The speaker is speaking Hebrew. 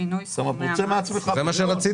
זה מה שרצית?